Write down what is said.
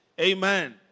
Amen